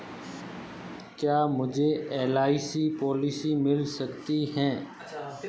क्या मुझे LIC policy मिल सकती है?